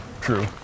true